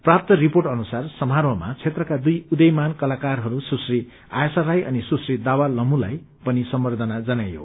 प्राप्त रिपोर्ट अनुसार समारोहमा क्षेत्रका दुइ उदीयमान कलाकारहरू सुश्री आयसा राई अनि सुश्री दावा तम्हुलाई पनि सम्बर्द्धना जनाइयो